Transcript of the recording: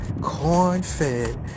corn-fed